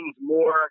more